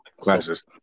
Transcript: classes